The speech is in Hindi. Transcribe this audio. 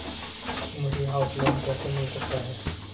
मुझे हाउस लोंन कैसे मिल सकता है?